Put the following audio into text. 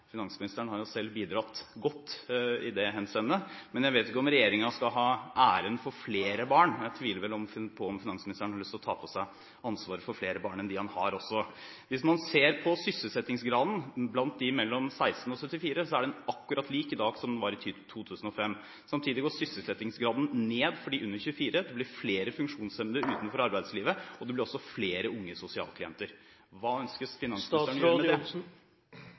Finansministeren har jo selv bidratt godt i det henseendet, men jeg vet ikke om regjeringen skal ha æren for flere barn. Jeg tviler vel på om finansministeren har lyst til å ta på seg ansvaret for flere barn enn dem han har. Hvis man ser på sysselsettingsgraden blant dem mellom 16 og 74 år, er den akkurat lik det den var i 2005. Samtidig går sysselsettingsgraden ned for dem under 24 år, det blir flere funksjonshemmede utenfor arbeidslivet, og det blir også flere unge sosialklienter. Hva